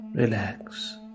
Relax